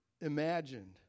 imagined